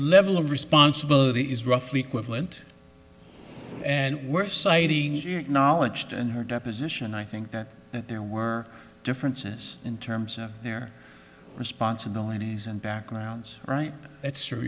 level of responsibility is roughly equivalent and worse citing knowledge than her deposition i think that there were differences in terms of their responsibilities and backgrounds right that's true